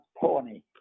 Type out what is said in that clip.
pony